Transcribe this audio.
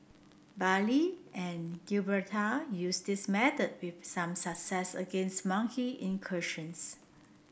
Bali and Gibraltar used this method with some success against monkey incursions